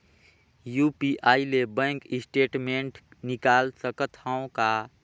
UPI ले bank statement निकाल सकत हवं का?